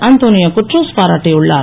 Antonio Guterres பாராட்டியுள்ளார்